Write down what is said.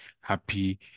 happy